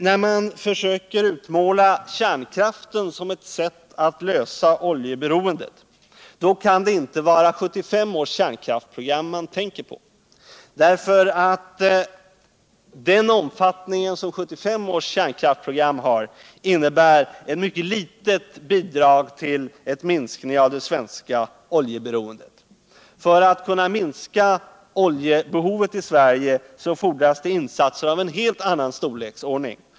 När man försöker utmåla kärnkraften som ett sätt att lösa oljeberoendet kan det inte vara 1975 års kärnkraftsprogram man tänker på. Den omfattning som detta program har innebär nämligen ett mycket litet bidrag till en minskning av det svenska oljeberoendet. För att kunna minska oljebehovet i Sverige fordras det insatser av en helt annan storleksordning.